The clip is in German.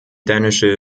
dänische